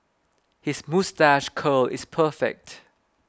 his moustache curl is perfect